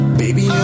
baby